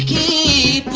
e.